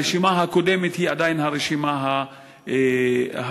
הרשימה הקודמת היא עדיין הרשימה הרלוונטית?